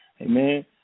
Amen